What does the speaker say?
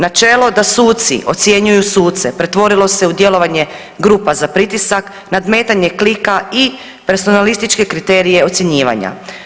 Načelo da suci ocjenjuju suce pretvorilo se u djelovanje grupa za pritisak, nadmetanje klika i personalističke kriterije ocjenjivanja.